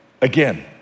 Again